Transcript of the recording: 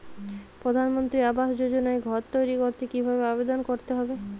প্রধানমন্ত্রী আবাস যোজনায় ঘর তৈরি করতে কিভাবে আবেদন করতে হবে?